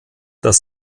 das